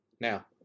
Now